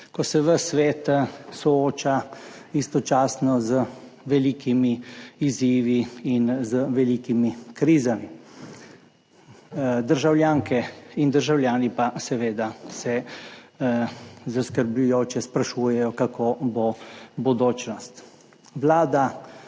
ko se ves svet istočasno sooča z velikimi izzivi in z velikimi krizami, državljanke in državljani pa se seveda zaskrbljujoče sprašujejo, kakšna bo bodočnost. Vlada